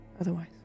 Otherwise